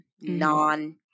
non